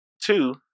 two